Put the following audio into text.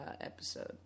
episode